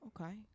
okay